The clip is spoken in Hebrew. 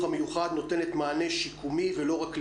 המיוחד נותנת מענה שיקומי ולא רק למידה,